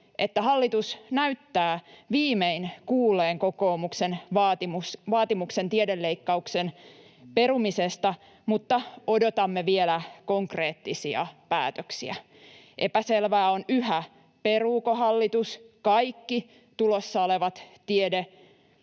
että hallitus näyttää viimein kuulleen kokoomuksen vaatimuksen tiedeleikkausten perumisesta, mutta odotamme vielä konkreettisia päätöksiä. Epäselvää on yhä, peruuko hallitus kaikki tulossa olevat tiede-,